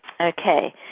Okay